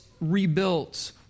rebuilt